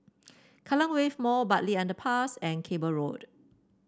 Kallang Wave Mall Bartley Underpass and Cable Road